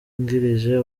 bungirije